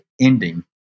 ending